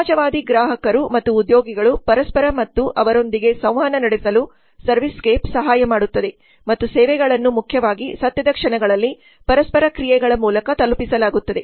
ಸಮಾಜವಾದಿ ಗ್ರಾಹಕರು ಮತ್ತು ಉದ್ಯೋಗಿಗಳು ಪರಸ್ಪರ ಮತ್ತು ಅವರೊಂದಿಗೆ ಸಂವಹನ ನಡೆಸಲು ಸರ್ವಿಸ್ ಸ್ಕೇಪ್ ಸಹಾಯ ಮಾಡುತ್ತದೆ ಮತ್ತು ಸೇವೆಗಳನ್ನು ಮುಖ್ಯವಾಗಿ ಸತ್ಯದ ಕ್ಷಣಗಳಲ್ಲಿ ಪರಸ್ಪರ ಕ್ರಿಯೆಗಳ ಮೂಲಕ ತಲುಪಿಸಲಾಗುತ್ತದೆ